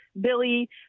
Billy